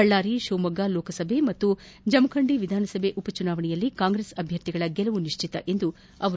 ಬಳ್ಳಾರಿ ಶಿವಮೊಗ್ಗ ಲೋಕಸಭೆ ಹಾಗೂ ಜಮಖಂಡಿ ವಿಧಾನಸಭೆ ಉಪ ಚುನಾವಣೆಯಲ್ಲಿ ಕಾಂಗ್ರೆಸ್ ಅಭ್ಯರ್ಥಿಗಳ ಗೆಲುವು ನಿಶ್ಚಿತ ಎಂದರು